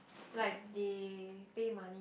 like they pay money